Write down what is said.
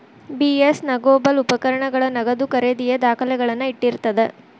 BS negotiable ಉಪಕರಣಗಳ ನಗದು ಖರೇದಿಯ ದಾಖಲೆಗಳನ್ನ ಇಟ್ಟಿರ್ತದ